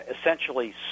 essentially